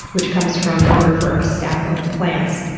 which comes from the word for a sap of plants,